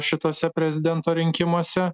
šituose prezidento rinkimuose